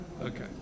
Okay